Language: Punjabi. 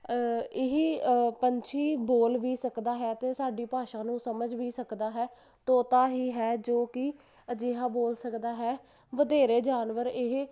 ਇਹੀ ਪੰਛੀ ਬੋਲ ਵੀ ਸਕਦਾ ਹੈ ਅਤੇ ਸਾਡੀ ਭਾਸ਼ਾ ਨੂੰ ਸਮਝ ਵੀ ਸਕਦਾ ਹੈ ਤੋਤਾ ਹੀ ਹੈ ਜੋ ਕਿ ਅਜਿਹਾ ਬੋਲ ਸਕਦਾ ਹੈ ਵਧੇਰੇ ਜਾਨਵਰ ਇਹ